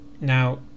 Now